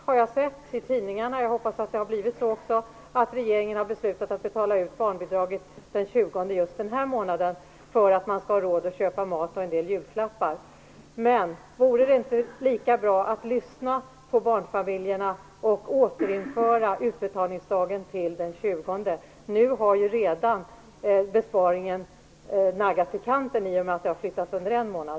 Jag har sett i tidningarna - och jag hoppas att det också har blivit så - att regeringen har beslutat betala ut barnbidraget den 20 just den här månaden för att barnfamiljerna skall ha råd att köpa mat och en del julklappar. Men vore det inte lika bra att lyssna på barnfamiljerna och återinföra den gamla utbetalningsdagen, den 20? Nu har ju redan besparingen naggats i kanten i och med att utbetalningsdagen flyttats under en månad.